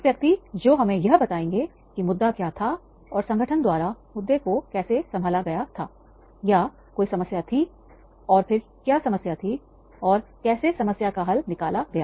एक व्यक्ति जो हमें यह बताएंगे कि मुद्दा क्या था और संगठन द्वारा मुद्दे को कैसे संभाला गया था या कोई समस्या थी और फिर क्या समस्या थी और कैसे समस्या का हल निकाला गया